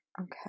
Okay